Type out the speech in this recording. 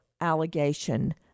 allegation